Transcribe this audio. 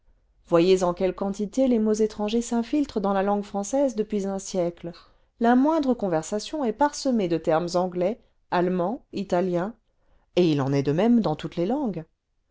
voyez en quelle quantité les mots étrangers s'infiltrent dans la langue française depuis un siècle la moindre conversation est parsemée de termes anglais allemands italiens et il en est de même dans toutes les langues